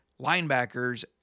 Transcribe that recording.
linebackers